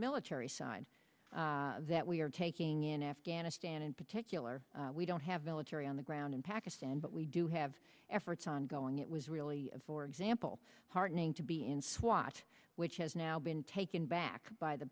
military side that we are taking in afghanistan in particular we don't have military on the ground in pakistan but we do have efforts ongoing it was really for example heartening to be in swat which has now been taken back by the